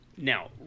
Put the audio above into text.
Now